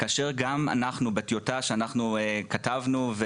וכך גם בטיוטה שכתבנו,